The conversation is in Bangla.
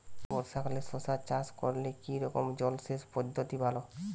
বর্ষাকালে শশা চাষ করলে কি রকম জলসেচ পদ্ধতি ভালো?